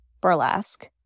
burlesque